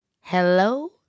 Hello